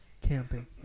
Camping